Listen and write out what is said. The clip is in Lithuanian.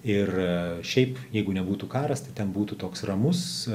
ir šiaip jeigu nebūtų karas tai ten būtų toks ramus